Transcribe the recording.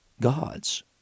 God's